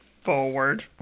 forward